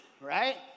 right